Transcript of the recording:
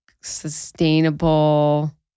sustainable